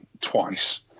twice